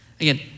Again